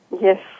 Yes